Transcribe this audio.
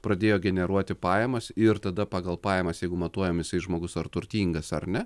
pradėjo generuoti pajamas ir tada pagal pajamas jeigu matuojam jisai žmogus ar turtingas ar ne